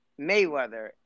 Mayweather